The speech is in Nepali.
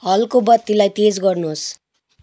हलको बत्तीलाई तेज गर्नुहोस्